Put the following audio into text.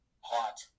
hot